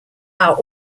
are